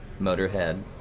Motorhead